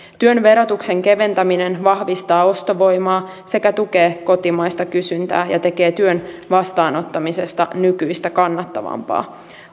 työn verotuksen keventäminen vahvistaa ostovoimaa sekä tukee kotimaista kysyntää ja tekee työn vastaanottamisesta nykyistä kannattavampaa